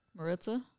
Maritza